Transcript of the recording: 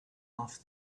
off